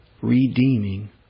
redeeming